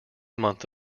month